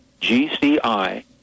gci